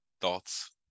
thoughts